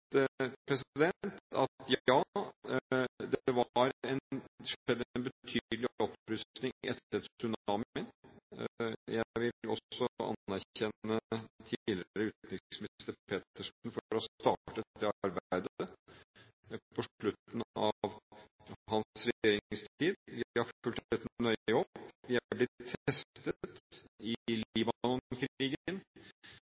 at ja, det har skjedd en betydelig opprustning etter tsunamien. Jeg vil også anerkjenne tidligere utenriksminister Petersen for å ha startet det arbeidet på slutten av sin regjeringstid. Vi har fulgt dette nøye opp. Vi er blitt testet i